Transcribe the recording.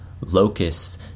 locusts